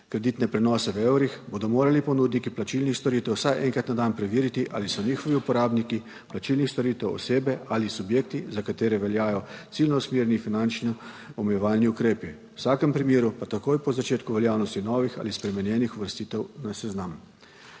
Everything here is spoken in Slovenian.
kreditne prenose v evrih, bodo morali ponudniki plačilnih storitev vsaj enkrat na dan preveriti, ali so njihovi uporabniki plačilnih storitev osebe ali subjekti, za katere veljajo ciljno usmerjeni finančno omejevalni ukrepi. V vsakem primeru pa takoj po začetku veljavnosti novih ali spremenjenih uvrstitev na seznam.